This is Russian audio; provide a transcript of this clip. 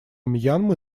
мьянмы